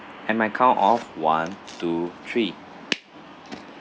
in my count of one two three